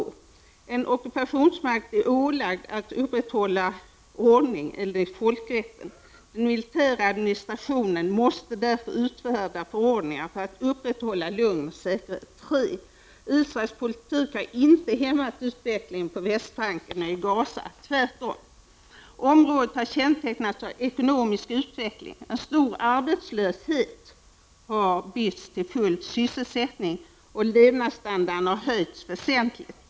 En ockupationsmakt är enligt folkrätten ålagd att upprätthålla ordning. Den militära administrationen måste därför utfärda förordningar för att upprätthålla lugn och säkerhet. 3. Israels politik har inte hämmat utvecklingen på Västbanken och i Gaza — tvärtom. Området har kännetecknats av ekonomisk utveckling. En stor arbetslöshet har ersatts av full sysselsättning, och levnadsstandarden har höjts väsentligt.